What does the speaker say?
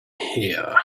here